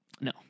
No